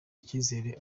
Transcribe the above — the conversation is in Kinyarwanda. icyizere